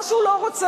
או שהוא לא רוצה.